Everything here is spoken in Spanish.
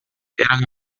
eran